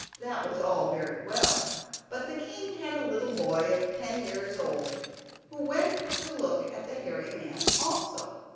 that was all very well but the king had a little boy of ten years old who went to look at the hairy man also,